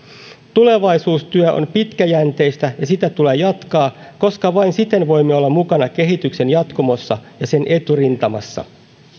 tulevaisuustyö on pitkäjänteistä ja sitä tulee jatkaa koska vain siten voimme olla mukana kehityksen jatkumossa ja sen eturintamassa